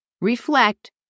Reflect